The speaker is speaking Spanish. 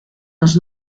los